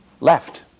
left